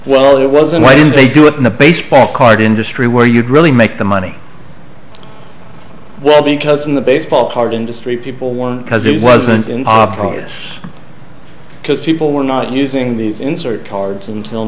well it wasn't why didn't they do it in a baseball card industry where you'd really make the money well because in the baseball card industry people won because it wasn't in obvious because people were not using these insert cards until